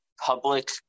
public